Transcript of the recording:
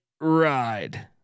ride